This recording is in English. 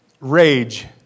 rage